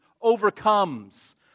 overcomes